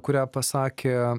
kurią pasakė